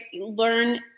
learn